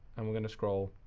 and we're going to scroll.